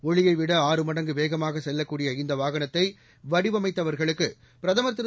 ஒலியை விட ஆறு மடங்கு வேகமாக செல்லக்கூடிய இந்த வாகனத்தை வடிவமைத்தவர்களுக்கு பிரதமர் திரு